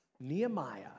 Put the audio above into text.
Nehemiah